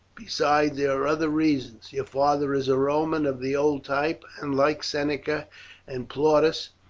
besides, there are other reasons. your father is a roman of the old type, and like seneca and plautus,